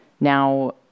Now